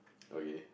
okay